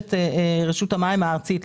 שמשמשת רשות המים הארצית.